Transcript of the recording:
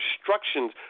instructions